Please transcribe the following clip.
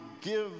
give